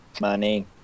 Money